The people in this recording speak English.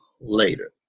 later